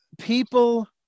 People